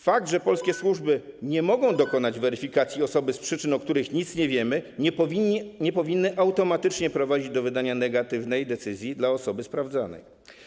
Fakt, że polskie służby nie mogą dokonać weryfikacji osoby z przyczyn, o których nic nie wiemy, nie powinien automatycznie prowadzić do wydania negatywnej decyzji dla osoby sprawdzanej.